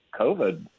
covid